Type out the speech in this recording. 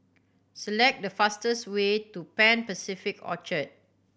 select the fastest way to Pan Pacific Orchard